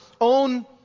own